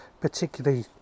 particularly